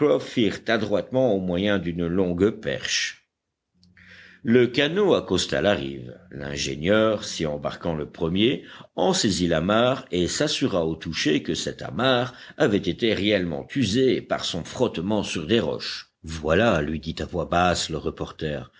pencroff firent adroitement au moyen d'une longue perche le canot accosta la rive l'ingénieur s'y embarquant le premier en saisit l'amarre et s'assura au toucher que cette amarre avait été réellement usée par son frottement sur des roches voilà lui dit à voix basse le reporter